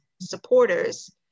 supporters